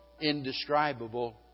indescribable